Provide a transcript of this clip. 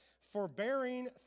Forbearing